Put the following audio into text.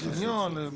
לקניון,